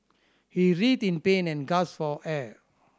he writhed in pain and gasped for air